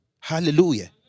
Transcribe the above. Hallelujah